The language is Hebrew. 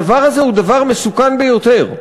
הדבר הזה הוא דבר מסוכן ביותר.